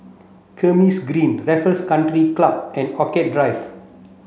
Kismis Green Raffles Country Club and Orchid Drive